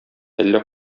әллә